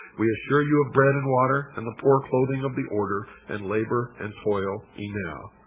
we assure you of bread and water and the poor clothing of the order, and labor and toil enow.